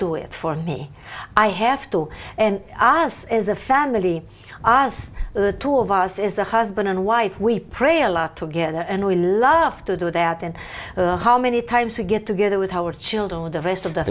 do it for me i have to and as as a family as the two of us is a husband and wife we pray a lot together and we love to do that and how many times we get together with our children or the rest of the